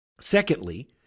Secondly